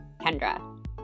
Kendra